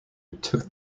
took